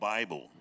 Bible